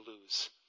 lose